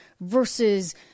versus